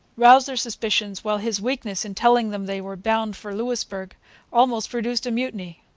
roused their suspicions while his weakness in telling them they were bound for louisbourg almost produced a mutiny.